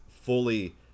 fully